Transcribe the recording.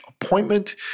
appointment